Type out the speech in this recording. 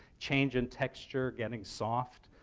change in texture, getting soft,